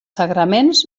sagraments